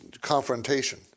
confrontation